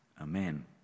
Amen